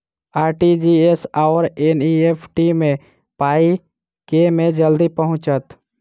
RTGS आओर NEFT मे पाई केँ मे जल्दी पहुँचत?